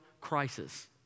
crisis